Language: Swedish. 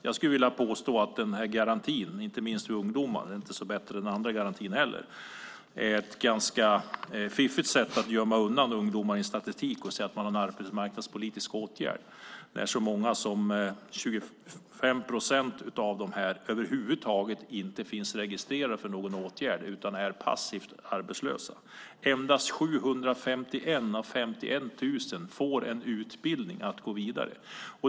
Jag skulle vilja påstå att den här garantin är ett ganska fiffigt sätt att gömma undan ungdomar i statistik och säga att man har en arbetsmarknadspolitisk åtgärd. 25 procent av dessa ungdomar finns över huvud taget inte registrerade för någon åtgärd utan är passivt arbetslösa. Endast 751 av 51 000 får en utbildning för att kunna gå vidare.